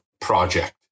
Project